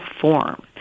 form